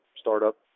startup